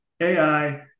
AI